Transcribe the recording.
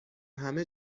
همه